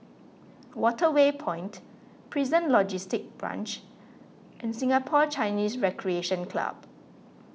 Waterway Point Prison Logistic Branch and Singapore Chinese Recreation Club